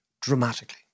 dramatically